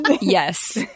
yes